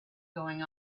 going